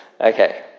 Okay